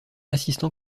assistant